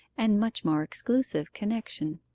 and much more exclusive connection.